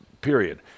period